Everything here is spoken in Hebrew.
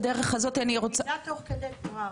נדע תוך כדי תנועה.